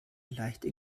leichte